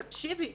תקשיבי,